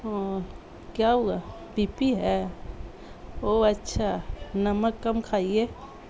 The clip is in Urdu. اور کیا ہوا بی پی ہے اوہ اچھا نمک کم کھائیے